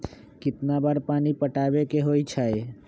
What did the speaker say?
कितना बार पानी पटावे के होई छाई?